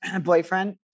boyfriend